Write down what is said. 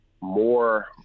more